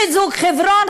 חיזוק חברון,